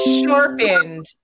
sharpened